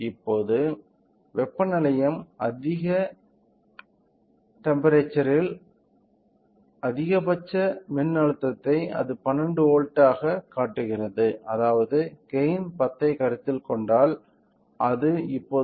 இப்போது வெப்ப நிலையம் சிறிது அதிக டெம்ப்பெரேச்சர்யில் அதிகபட்ச மின்னழுத்தத்தை அது 12 வோல்ட்டாகக் காட்டுகிறது அதாவது கெய்ன் 10 ஐ கருத்தில் கொண்டால் அது இப்போது 1200 சென்டிகிரேடில் உள்ளது